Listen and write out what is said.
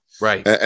Right